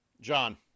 John